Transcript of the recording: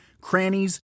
crannies